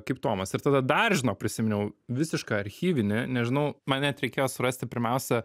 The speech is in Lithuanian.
kaip tomas ir tada dar žinok prisiminiau visišką archyvinį nežinau man net reikėjo surasti pirmiausia